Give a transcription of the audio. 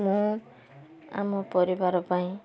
ମୁଁ ଆମ ପରିବାର ପାଇଁ